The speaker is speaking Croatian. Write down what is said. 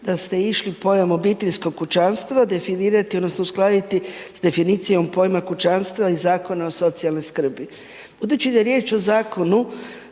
da ste išli pojam obiteljskog kućanstva definirati odnosno uskladiti s definicijom pojma kućanstva i Zakona o socijalnoj skrbi. Budući da je riječ o Zakonu